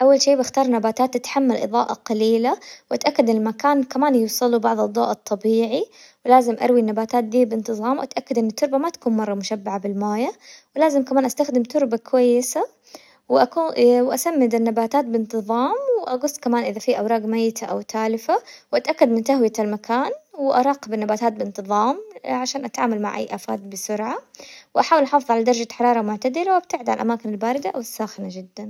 أول شي بختار نباتات تتحمل إضاءة قليلة وأتأكد إن المكان كمان يوصله بعض الضوء الطبيعي، ولازم اروي النباتات دي بانتزام، وأتأكد ان التربة ما تكون مرة مشبعة بالموية، ولازم كمان استخدم تربة كويسة، واكو- أسمد النباتات بانتظام واقص كمان اذا في اوراق ميتة او تالفة، واتأكد من تهوية المكان، واراقب النباتات بانتظام عشان اتعامل مع اي افاد بسرعة، واحاول احافظ على درجة حرارة معتدلة وابتعد عن الاماكن الباردة والساخنة جدا.